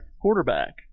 Quarterback